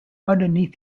underneath